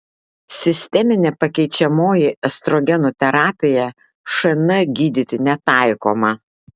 sisteminė pakeičiamoji estrogenų terapija šn gydyti netaikoma